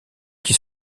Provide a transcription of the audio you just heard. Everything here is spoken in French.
qui